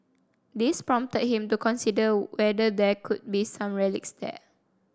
this prompted him to consider whether there could be some relics there